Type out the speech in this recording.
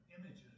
images